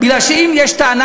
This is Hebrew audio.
בגלל שאם יש טענה